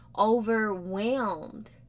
overwhelmed